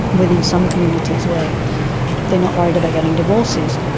within some communities where they're not worried about getting divorces,